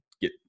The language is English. get